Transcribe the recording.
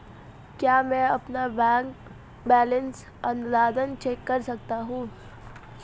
क्या मैं अपना बैंक बैलेंस ऑनलाइन चेक कर सकता हूँ?